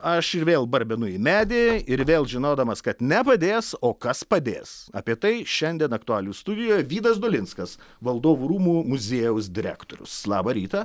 aš ir vėl barbenu į medį ir vėl žinodamas kad nepadės o kas padės apie tai šiandien aktualijų studijoj vydas dolinskas valdovų rūmų muziejaus direktorius labą rytą